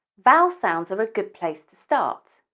vowel sounds are a good place to start.